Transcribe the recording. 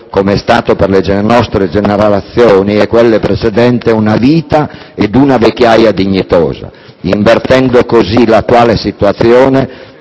come è stato per le nostre generazioni e quelle precedenti, una vita ed una vecchiaia dignitose, invertendo così l'attuale situazione